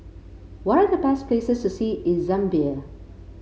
what are the best places to see in Zambia